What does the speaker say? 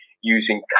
using